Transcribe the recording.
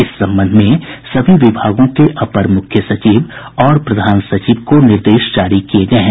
इस संबंध में सभी विभागों के अपर मुख्य सचिव और प्रधान सचिव को निर्देश जारी किये गये हैं